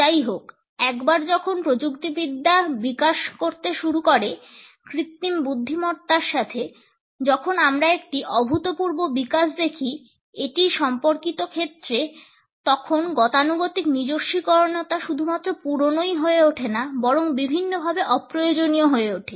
যাইহোক একবার যখন প্রযুক্তিবিদ্যা বিকাশ করতে শুরু করে কৃত্রিম বুদ্ধিমত্তার সাথে যখন আমরা একটি অভূতপূর্ব বিকাশ দেখি এটির সম্পর্কিত ক্ষেত্রে তখন গতানুগতিক নিজস্বীকরণতা শুধুমাত্র পুরনোই হয়ে ওঠে না বরং বিভিন্নভাবে অপ্রয়োজনীয় হয়ে ওঠে